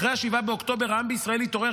אחרי 7 באוקטובר העם בישראל התעורר.